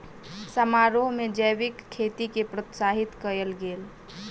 समारोह में जैविक खेती के प्रोत्साहित कयल गेल